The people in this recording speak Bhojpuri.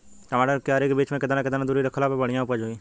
टमाटर के क्यारी के बीच मे केतना केतना दूरी रखला पर बढ़िया उपज होई?